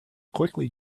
quickly